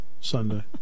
Sunday